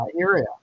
area